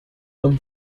them